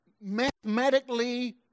mathematically